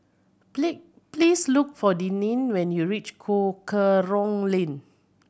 please look for Denine when you reach Cool Kerong Lane